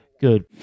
good